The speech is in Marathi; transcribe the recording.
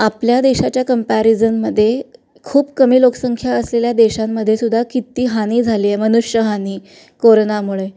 आपल्या देशाच्या कम्पॅरिजनमध्ये खूप कमी लोकसंख्या असलेल्या देशांमध्ये सुद्धा किती हानी झाली आहे मनुष्यहानी कोरोनामुळे